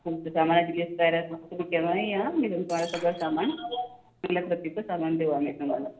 तुमचं सामानाची लिस्ट तयार असेल तर तुम्ही केव्हाही या मी तुम्हाला सगळं सामान चांगल्या प्रतीचं सामान देऊ आम्ही तुम्हाला